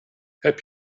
heb